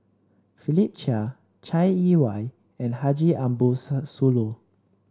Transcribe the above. Philip Chia Chai Yee Wei and Haji Ambo Sooloh